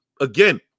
again